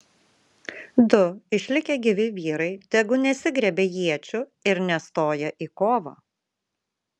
du išlikę gyvi vyrai tegu nesigriebia iečių ir nestoja į kovą